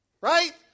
Right